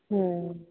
ᱦᱮᱸ